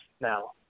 now